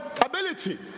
ability